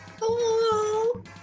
hello